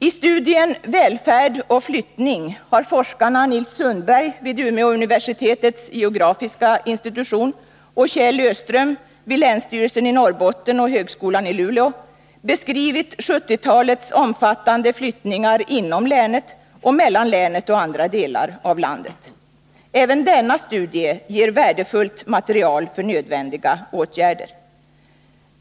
I studien Välfärd och flyttning har forskarna Nils Sundberg, vid Umeåuniversitetets geografiska institution, och Kjell Öström, vid länsstyrelsen i Norrbotten och vid högskolan i Luleå, beskrivit 1970-talets omfattande flyttningar inom länet och mellan länet och i andra delar av landet. Även denna studie ger värdefullt material för nödvändiga åtgärder.